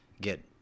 get